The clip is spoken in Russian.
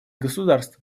государств